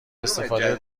استفاده